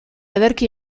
ederki